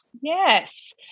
Yes